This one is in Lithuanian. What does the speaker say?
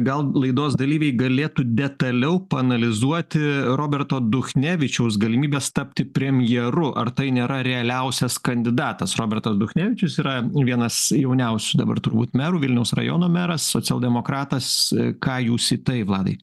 gal laidos dalyviai galėtų detaliau paanalizuoti roberto duchnevičiaus galimybes tapti premjeru ar tai nėra realiausias kandidatas robertas duchnevičius yra vienas jauniausių dabar turbūt merų vilniaus rajono meras socialdemokratas ką jūs į tai vladai